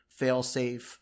Failsafe